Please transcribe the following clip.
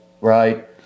right